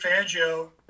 Fangio